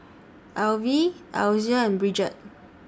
Alvie Alysa and Bridget